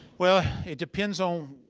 well, it depends on.